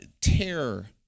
terror